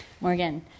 Morgan